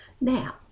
Now